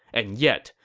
and yet,